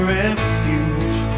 refuge